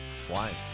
Flying